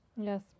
yes